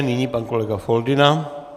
Nyní pan kolega Foldyna.